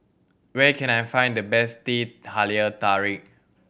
where can I find the best Teh Halia Tarik